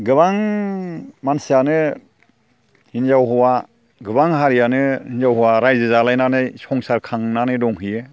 गोबां मानसियानो हिनजाव हौवा गोबां हारियानो हिनजाव हौवा रायजो जालायनानै संसार खांनानै दंहैयो